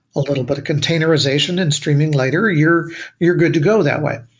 a little bit of containerization and streaming later, you're you're good to go that way.